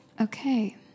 Okay